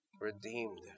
Redeemed